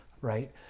right